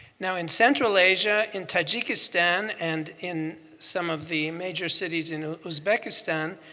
now in central asia, in tajikistan and in some of the major cities in uzbekistan,